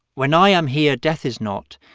when i am here, death is not,